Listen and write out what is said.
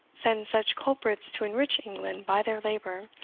sends such culprits to enrich england by their labour,